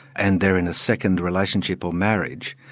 and they're in a second relationship or marriage,